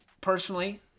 personally